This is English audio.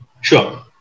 Sure